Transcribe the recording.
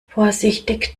vorsichtig